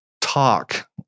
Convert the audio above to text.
talk